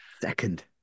Second